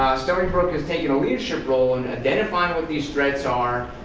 stony brook has taken a leadership role in identifying what these threats are,